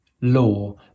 law